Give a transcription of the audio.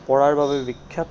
কৰাৰ বাবে বিখ্যাত